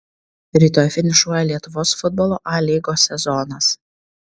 rytoj finišuoja lietuvos futbolo a lygos sezonas